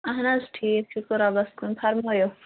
اَہَن حظ ٹھیٖک شُکُر رۄبَس کُن فرمٲیِو